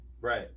Right